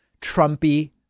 Trumpy